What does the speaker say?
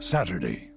Saturday